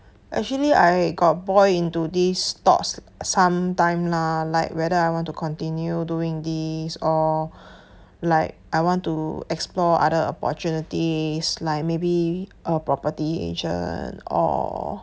actually I got buoy into this thoughts sometime lah like whether I want to continue doing this or like I want to explore other opportunities like maybe a property agent or